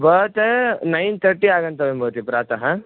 भवन् नैन् थर्टि आगन्तव्यं भवति प्रातः